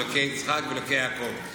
אלוקי יצחק ואלוקי יעקב".